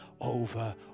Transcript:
over